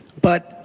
but,